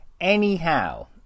Anyhow